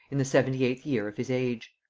in the seventy eighth year of his age.